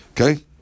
Okay